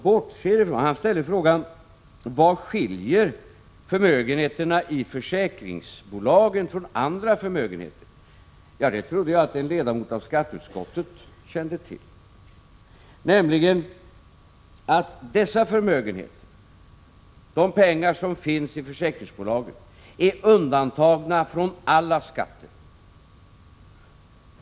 Kjell Johansson ställde en fråga: Vad skiljer förmögenheterna i försäkringsbolagen från andra förmögenheter? Jag trodde att en ledamot i skatteutskottet kände till detta. Dessa förmögenheter, alltså pengar som finns i försäkringsbolagen, är nämligen undantagna från alla skatter.